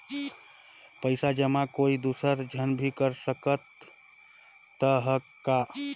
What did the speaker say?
पइसा जमा कोई दुसर झन भी कर सकत त ह का?